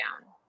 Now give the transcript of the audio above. down